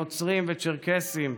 נוצרים וצ'רקסים,